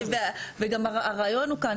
וגם הרעיון הוא כאן,